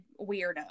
weirdo